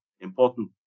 important